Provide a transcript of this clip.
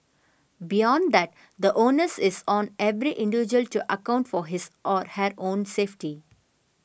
beyond that the onus is on every individual to account for his or her own safety